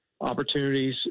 opportunities